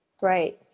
Right